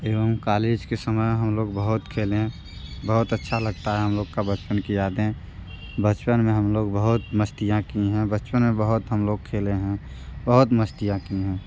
एवम कालेज के समय हम लोग बहुत खेलें बहुत अच्छा लगता है हम लोग का बचपन की यादें बचपन में हम लोग बहुत मस्तियाँ की हैं बचपन में बहुत हम लोग खेलें हैं बहुत मस्तियाँ की हैं